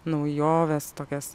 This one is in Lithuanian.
naujovės tokias